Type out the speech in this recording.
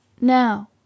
now